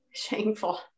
Shameful